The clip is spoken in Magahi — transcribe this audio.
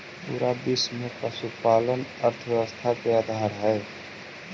पूरा विश्व में पशुपालन अर्थव्यवस्था के आधार हई